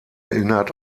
erinnert